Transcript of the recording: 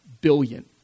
Billion